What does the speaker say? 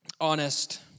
honest